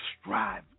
strive